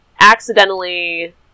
accidentally